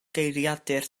geiriadur